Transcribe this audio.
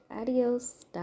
adios